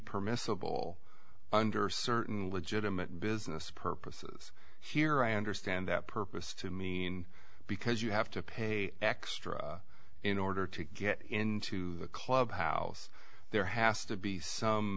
permissible under certain legitimate business purposes here i understand that purpose to me and because you have to pay extra in order to get into the clubhouse there has to be some